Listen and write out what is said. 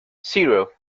zero